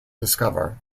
discover